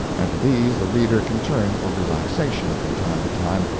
and to these the reader can turn for relaxation from time to time,